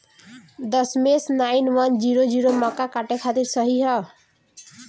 दशमेश nine one zero zero मक्का काटे खातिर सही ह?